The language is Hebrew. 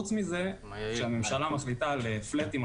כשהממשלה מחליטה על flat-ים,